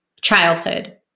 childhood